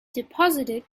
deposited